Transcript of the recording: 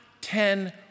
ten